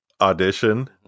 audition